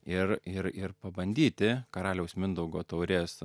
ir ir ir pabandyti karaliaus mindaugo taurės